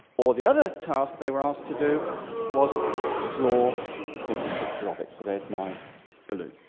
or the other task they were asked to do was draw a simple picture of it. so there's my balloon.